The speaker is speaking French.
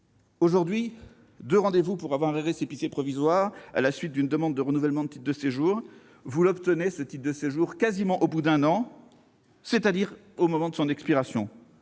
aujourd'hui deux rendez-vous pour obtenir un récépissé provisoire à la suite d'une demande de renouvellement de titre de séjour. Ce document est obtenu quasiment au bout d'un an, c'est-à-dire au moment de son expiration.